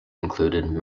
included